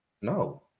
no